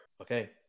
Okay